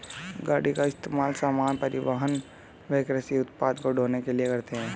गाड़ी का इस्तेमाल सामान, परिवहन व कृषि उत्पाद को ढ़ोने के लिए करते है